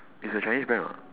it's a chinese brand [what]